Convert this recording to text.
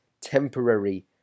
temporary